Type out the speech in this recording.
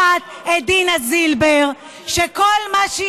דמוקרטיה זה לא המיעוט,